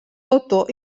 autor